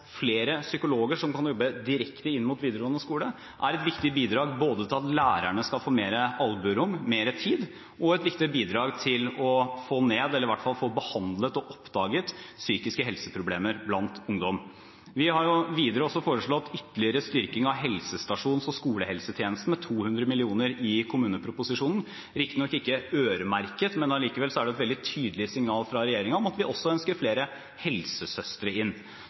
flere psykologer som kan jobbe direkte inn mot videregående skole, er et viktig bidrag både for at lærerne skal få mer albuerom, mer tid, og et viktig bidrag til å få ned, eller i hvert fall få behandlet og oppdaget, psykiske helseproblemer blant ungdom. Vi har videre foreslått ytterligere styrking av helsestasjonene og skolehelsetjenesten med 200 mill. kr i kommuneproposisjonen. De er riktignok ikke øremerkede, men allikevel er det et veldig tydelig signal fra regjeringen om at vi også ønsker flere helsesøstre inn.